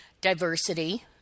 diversity